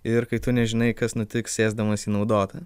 ir kai tu nežinai kas nutiks sėsdamas į naudotą